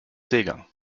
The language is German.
seegang